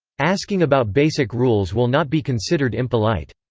asking about basic rules will not be considered impolite.